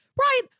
Right